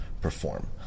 perform